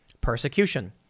persecution